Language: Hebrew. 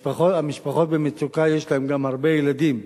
המשפחות במצוקה, יש להם גם הרבה ילדים,